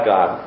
God